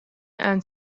and